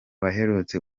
baherutse